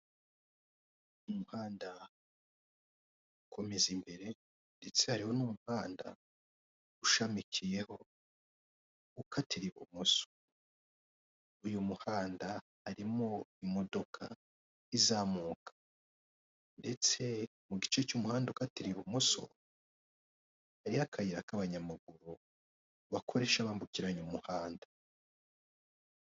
Umuhanda ukomeza imbere ndetse hariho n'umuhanda ushamikiyeho ukatira ibumoso, uyu muhanda harimo imodoka izamuka ndetse mugice cy'umuhanda ukatira ibumoso hariyo akayira k'abanyamaguru bakoresha bambukiranya umuhanda.